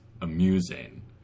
amusing